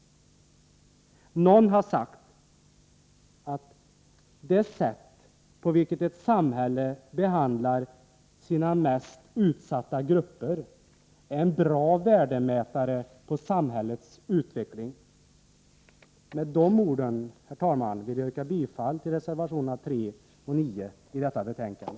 Någon har sagt, att det sätt på vilket ett samhäile behandlar sina mest utsatta grupper är en bra värdemätare på samhällets utveckling. Med de orden, herr talman, vill jag yrka bifall till reservationerna 3 och 9 i detta betänkande.